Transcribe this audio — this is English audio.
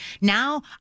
Now